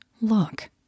look